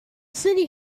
city